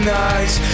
nights